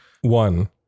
One